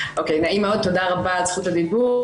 נעים מאוד, תודה רבה על זכות הדיבור.